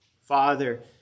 Father